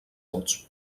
vots